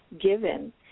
given